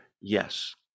Yes